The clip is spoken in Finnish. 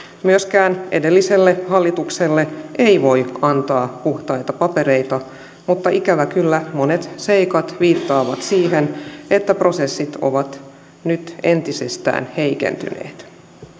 myöskään edelliselle hallitukselle ei voi antaa puhtaita papereita mutta ikävä kyllä monet seikat viittaavat siihen että prosessit ovat nyt entisestään heikentyneet